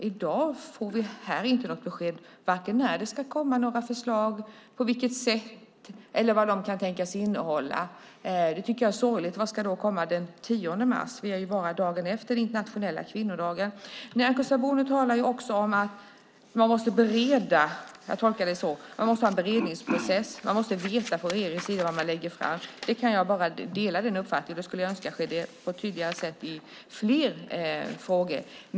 I dag får vi inte något besked vare sig om när det ska komma förslag, på vilket sätt eller vad de kan tänkas innehålla. Det tycker jag är sorgligt. Vad ska då komma den 10 mars? Ännu är det bara dagen efter den internationella kvinnodagen. Nyamko Sabuni säger att man måste ha en beredningsprocess. Jag tolkar henne så, alltså att man från regeringens sida måste veta vad man lägger fram. Den uppfattningen delar jag och önskar att det skedde på ett tydligare sätt i fler frågor.